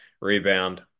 rebound